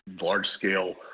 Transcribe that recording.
large-scale